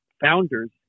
founders